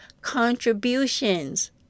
contributions